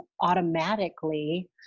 automatically